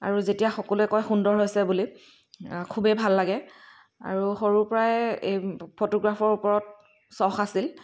আৰু যেতিয়া সকলোৱে কয় সুন্দৰ হৈছে বুলি খুবেই ভাল লাগে আৰু সৰুৰ পৰাই এই ফটোগ্ৰাফৰ ওপৰত চখ আছিল